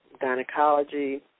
gynecology